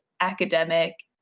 academic